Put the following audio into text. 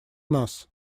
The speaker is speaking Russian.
нас